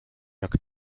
jak